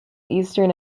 eastern